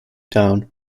town